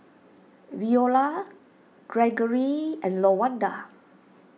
Veola Gregory and Lawanda